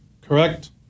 correct